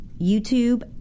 YouTube